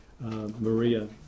Maria